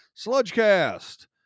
Sludgecast